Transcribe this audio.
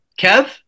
Kev